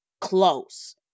close